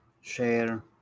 share